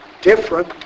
different